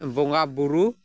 ᱵᱚᱸᱜᱟ ᱵᱳᱨᱳ